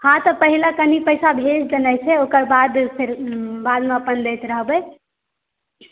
हाँ तऽ पहिने कनी पैसा भेज देनाइ छै ओकर बाद फेर बाद मे अपन दैत रहबै